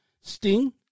Sting